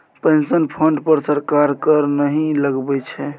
pension fund पर सरकार कर नहि लगबै छै